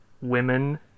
women